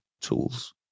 tools